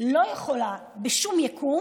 לא יכולה בשום יקום